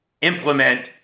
implement